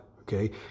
okay